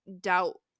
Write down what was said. doubt